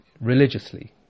religiously